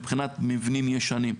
מבחינת מבנים ישנים.